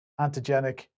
antigenic